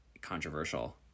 controversial